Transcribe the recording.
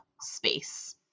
space